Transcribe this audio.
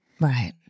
right